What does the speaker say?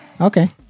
Okay